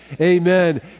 amen